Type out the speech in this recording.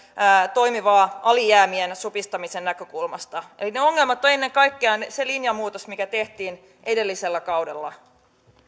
toimivaa alijäämien supistamisen näkökulmasta eli ne ongelmat ovat ennen kaikkea se linjanmuutos joka tehtiin edellisellä kaudella